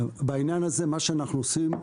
בעניין הזה מה שאנחנו עושים,